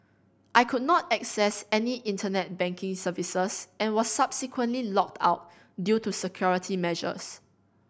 I could not access any Internet banking services and was subsequently locked out due to security measures